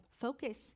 focus